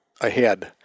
ahead